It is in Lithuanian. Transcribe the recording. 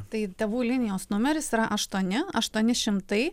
tai tėvų linijos numeris yra aštuoni aštuoni šimtai